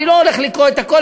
אני לא הולך לקרוא את הכול,